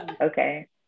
Okay